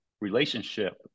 relationship